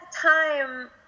time